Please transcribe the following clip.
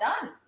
done